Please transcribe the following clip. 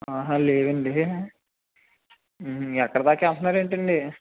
లేదడి ఎక్కడి దాకా వెళ్తున్నారేంటండి